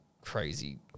Crazy